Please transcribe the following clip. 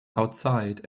outside